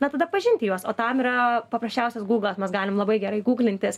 na tada pažinti juos o tam yra paprasčiausias gūglas mes galim labai gerai gūglintis